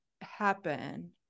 happen